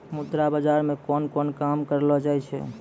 मुद्रा बाजार मे कोन कोन काम करलो जाय छै